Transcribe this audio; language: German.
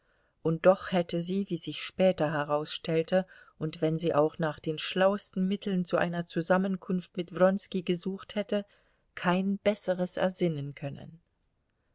und doch hätte sie wie sich später herausstellte und wenn sie auch nach den schlausten mitteln zu einer zusammenkunft mit wronski gesucht hätte kein besseres ersinnen können